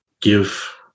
give